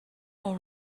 all